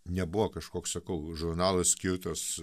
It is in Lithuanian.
nebuvo kažkoks sakau žurnalas skirtas